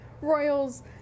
royals